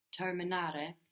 Terminare